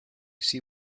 see